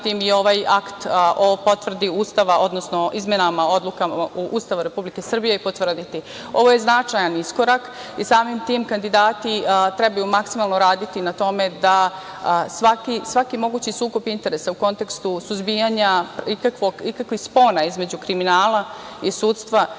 tim i ovaj akt o potvrdi Ustava odnosno izmenama odlukama Ustava Republike Srbije potvrditi. Ovo je značajan iskorak, i samim tim kandidati trebaju maksimalno raditi na tome da svaki mogući sukob interesa u kontekstu suzbijanja ikakvih spona između kriminala i sudstva